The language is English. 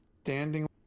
standing